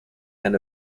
and